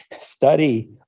study